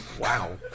Wow